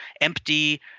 empty